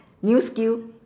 new skill